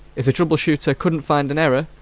if the trouble-shooter couldn't find an error,